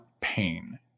pain